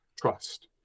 trust